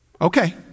Okay